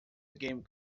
game